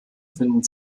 finden